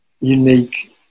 unique